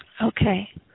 okay